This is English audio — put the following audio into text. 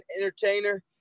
entertainer